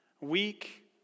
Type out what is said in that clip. weak